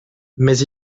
mais